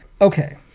Okay